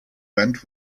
went